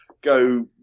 go